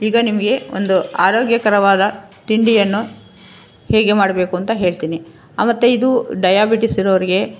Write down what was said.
ಈಗ ನಿಮಗೆ ಒಂದು ಆರೋಗ್ಯಕರವಾದ ತಿಂಡಿಯನ್ನು ಹೇಗೆ ಮಾಡಬೇಕು ಅಂತ ಹೇಳ್ತೀನಿ ಮತ್ತೆ ಇದು ಡಯಾಬಿಟಿಸ್ ಇರೋರಿಗೆ